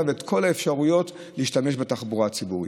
ואת כל האפשרויות להשתמש בתחבורה הציבורית.